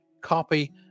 copy